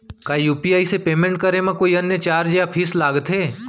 का यू.पी.आई से पेमेंट करे म कोई अन्य चार्ज या फीस लागथे?